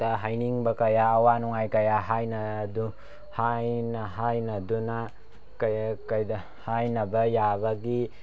ꯍꯥꯏꯅꯤꯡꯕ ꯀꯌꯥ ꯑꯋꯥ ꯅꯨꯡꯉꯥꯏ ꯀꯌꯥ ꯍꯥꯏꯅꯗꯨꯅ ꯍꯥꯏꯅꯕ ꯌꯥꯕꯒꯤ